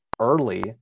early